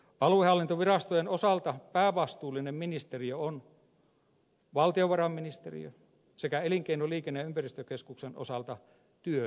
aluehallintovirastojen osalta päävastuullinen ministeriö on valtiovarainministeriö sekä elinkeino liikenne ja ympäristökeskuksen osalta työ ja elinkeinoministeriö